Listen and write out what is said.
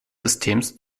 systems